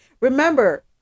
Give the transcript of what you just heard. remember